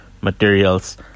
materials